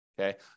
okay